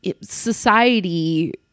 society